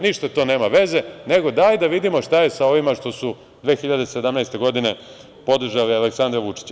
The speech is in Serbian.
Ništa to nema veze, nego dajte da vidimo šta je sa ovima što su 2017. godine podržali Aleksandra Vučića.